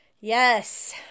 Yes